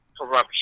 corruption